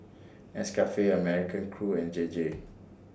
Nescafe American Crew and J J